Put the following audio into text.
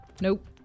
Nope